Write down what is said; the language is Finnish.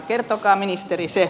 kertokaa ministeri se